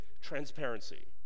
transparency